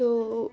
তো